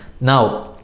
now